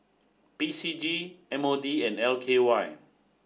P C G M O D and L K Y